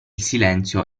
silenzio